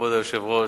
כבוד היושב-ראש,